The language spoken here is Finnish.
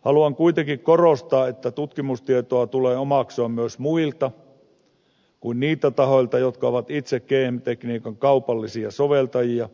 haluan kuitenkin korostaa että tutkimustietoa tulee omaksua myös muilta kuin niiltä tahoilta jotka ovat itse geenitekniikan kaupallisia soveltajia